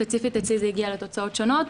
ספציפית אצלי זה הגיע לתוצאות שונות.